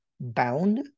Bound